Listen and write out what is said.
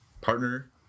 partner